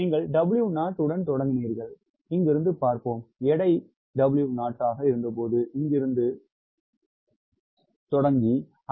நீங்கள் W0 உடன் தொடங்கினீர்கள் இங்கிருந்து பார்ப்போம் எடை W0 ஆக இருந்தபோது இங்கிருந்து தொடங்கினீர்கள்